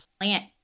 plant